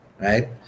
right